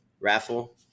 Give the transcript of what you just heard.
raffle